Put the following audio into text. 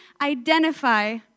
identify